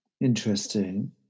Interesting